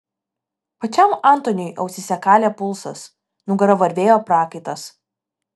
pačiam antoniui ausyse kalė pulsas nugara varvėjo prakaitas